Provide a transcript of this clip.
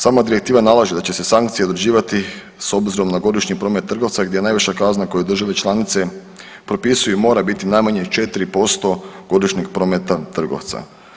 Sama direktiva nalaže da će se sankcije određivati s obzirom na godišnji promet trgovca gdje je najviša kazna koju države članice propisuju mora biti najmanje 4% godišnjeg prometa trgovca.